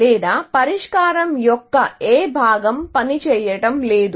లేదా పరిష్కారం యొక్క ఏ భాగం పనిచేయడం లేదు